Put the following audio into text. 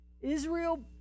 Israel